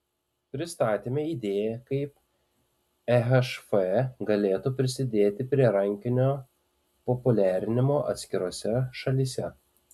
pristatėme idėją kaip ehf galėtų prisidėti prie rankinio populiarinimo atskirose šalyse